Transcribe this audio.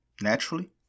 naturally